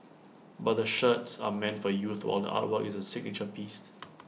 but the shirts are meant for youth while the artwork is A signature piece